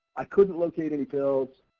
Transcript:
i couldn't locate any pills